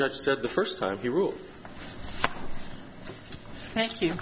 judge said the first time he ruled thank